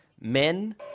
men